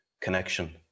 connection